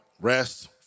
Rest